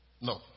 No